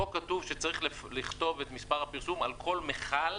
פה כתוב שצריך לכתוב את מספר הפרסום על כל מיכל